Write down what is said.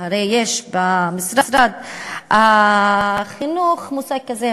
הרי יש במשרד החינוך מושג כזה,